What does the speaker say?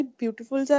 beautiful